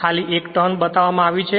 ખાલી એક ટર્ન બતાવવામાં આવ્યું છે